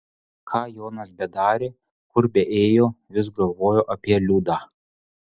ką jonas bedarė kur beėjo vis galvojo apie liudą